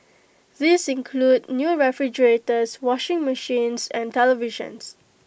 these include new refrigerators washing machines and televisions